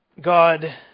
God